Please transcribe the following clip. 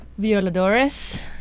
Violadores